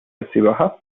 السباحة